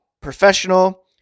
professional